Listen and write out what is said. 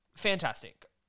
fantastic